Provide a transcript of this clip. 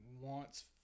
wants